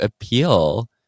appeal